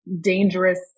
dangerous